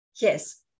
Yes